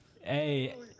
Hey